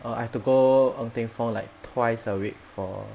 err I have to go ng teng fong like twice a week for